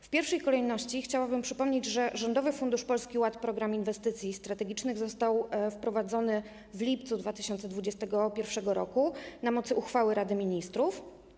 W pierwszej kolejności chciałabym przypomnieć, że Rządowy Fundusz Polski Ład: Program Inwestycji Strategicznych został wprowadzony w lipcu 2021 r. na mocy uchwały Rady Ministrów.